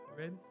ready